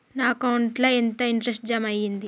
నా అకౌంట్ ల ఎంత ఇంట్రెస్ట్ జమ అయ్యింది?